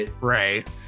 right